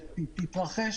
שתתרחש